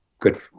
good